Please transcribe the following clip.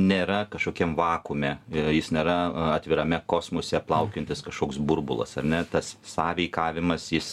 nėra kažkokiam vakuume jis nėra atvirame kosmose plaukiojantis kažkoks burbulas ar ne tas sąveikavimas jis